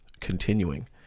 continuing